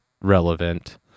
relevant